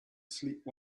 sleep